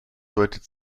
deutet